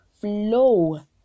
flow